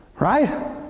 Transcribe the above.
Right